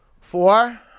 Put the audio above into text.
Four